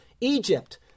Egypt